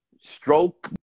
Stroke